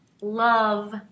love